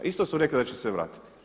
Isto su rekli da će se vratiti.